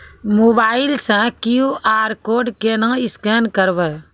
Mobile से QR code केना scan करबै?